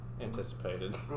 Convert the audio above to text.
anticipated